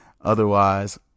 Otherwise